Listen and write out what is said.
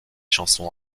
chansons